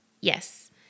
yes